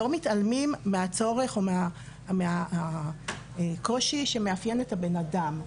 לא מתעלמים מהצורך או מהקושי שמאפיין את הבן-אדם.